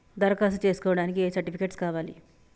దరఖాస్తు చేస్కోవడానికి ఏ సర్టిఫికేట్స్ కావాలి?